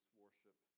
worship